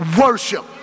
Worship